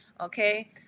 Okay